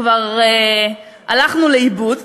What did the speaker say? כבר הלכנו לאיבוד.